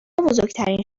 بزرگترین